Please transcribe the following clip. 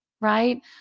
right